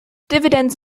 dividends